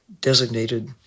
designated